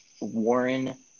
Warren